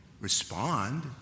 respond